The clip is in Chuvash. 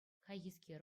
хайхискер